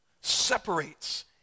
separates